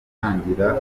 gutangira